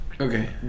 Okay